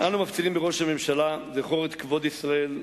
אנו מפצירים בראש הממשלה: זכור את כבוד ישראל,